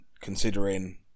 considering